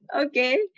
Okay